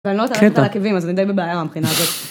בנות על עקבים (קטע) אז אני די בבעיה מהבחינה הזו.